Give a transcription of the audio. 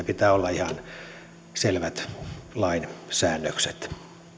pitää olla ihan selvät lain säännökset